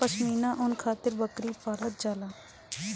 पश्मीना ऊन खातिर बकरी पालल जाला